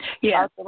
Yes